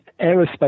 aerospace